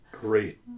great